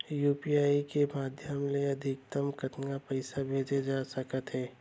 UPI के माधयम ले अधिकतम कतका पइसा भेजे जाथे सकत हे?